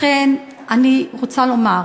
לכן אני רוצה לומר,